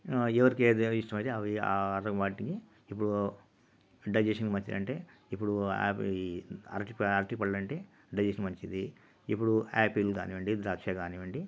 ఎవరికి ఏది ఇష్టమైతే అవి వాటికి ఇప్పుడు డైజెషన్కి మంచిది ఇప్పుడు ఆపిల్ ఈ అరటి అరటి పళ్ళండి డైజెషన్కి మంచిది ఇప్పుడు ఆపిల్ కానివ్వండి ద్రాక్ష కానివ్వండి